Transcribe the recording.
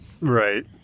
Right